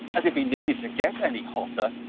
as if he needed to get any hotter.